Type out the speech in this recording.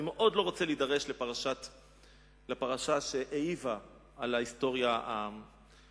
אני מאוד לא רוצה להידרש לפרשה שהעיבה על ההיסטוריה הפוליטית,